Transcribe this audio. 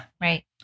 Right